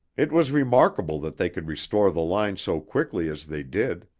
it was remarkable that they could restore the line so quickly as they did.